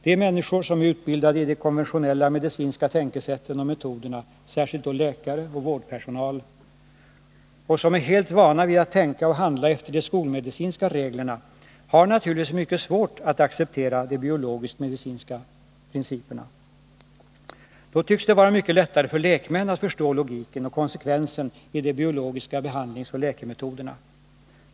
De människor som är utbildade i de konventionella medicinska tänkesätten och metoderna — särskilt då läkare och vårdpersonal — och som är helt vana vid att tänka och handla efter de skolmedicinska reglerna, har naturligtvis mycket svårt att acceptera de biologiskt medicinska principerna. Då tycks det vara mycket lättare för lekmän att förstå logiken och konsekvensen i de biologiska behandlingsoch läkemetoderna.